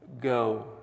Go